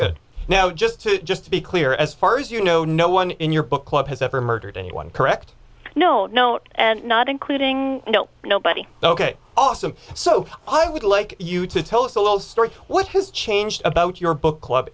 good now just to just to be clear as far as you know no one in your book club has ever murdered anyone correct no note and not including you know nobody ok awesome so i would like you to tell us a little story what has changed about your book club